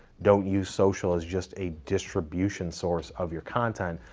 don't use social as just a distribution source of your content.